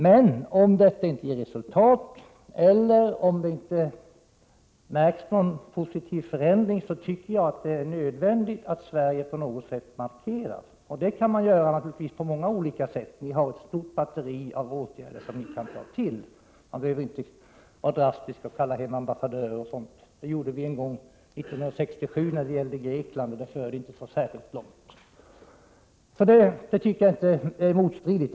Men om dessa samtal inte ger något resultat och man inte kan iaktta någon positiv förändring, anser jag att det är nödvändigt att Sverige på något sätt gör en markering. Det kan ske på många olika sätt; det finns ett stort batteri av åtgärder som vi kan ta till. Man behöver inte vara så drastisk att man kallar hem ambassadörer. Det gjorde vi 1967 när det gällde Grekland, men det ledde just inte till någonting. Vad jag har sagt är alltså inte motstridigt.